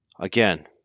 again